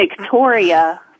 Victoria